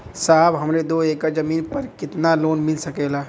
साहब हमरे दो एकड़ जमीन पर कितनालोन मिल सकेला?